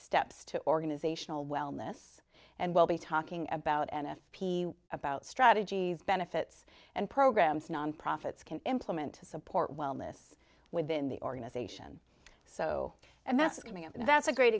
steps to organizational wellness and we'll be talking about and if p about strategies benefits and programs nonprofits can implement to support wellness within the organization so and that's coming up and that's a great